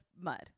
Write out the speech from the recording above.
mud